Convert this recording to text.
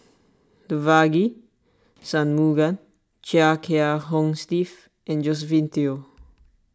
Devagi Sanmugam Chia Kiah Hong Steve and Josephine Teo